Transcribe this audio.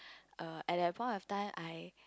err at that point of time I